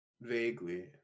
vaguely